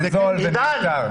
זה זול, זה מיותר.